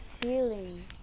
feeling